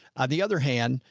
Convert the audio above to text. on the other hand.